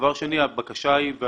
דבר שני, הבקשה היא,